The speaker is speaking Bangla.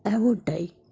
এমনটাই